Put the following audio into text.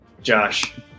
Josh